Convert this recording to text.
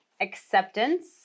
Acceptance